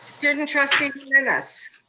student trustee jimenez.